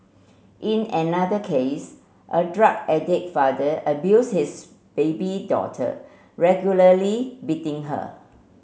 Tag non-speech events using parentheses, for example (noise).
in another case a drug addict father abused his baby daughter regularly (unintelligible) her